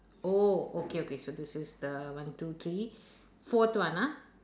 oh okay okay so this is the one two three forth one ah